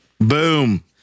Boom